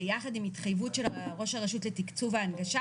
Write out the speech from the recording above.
את המורכבות הרישויית שלהם ומה שנגזר